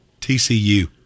TCU